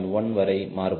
1 வரை மாறுபடும்